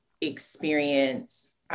experience